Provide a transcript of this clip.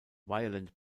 violent